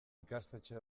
ikastetxe